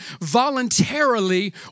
voluntarily